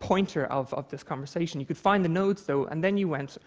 pointer of of this conversation. you could find the nodes, though, and then you went,